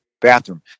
bathroom